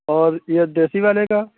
اور یہ دیسی والے کا